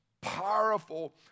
powerful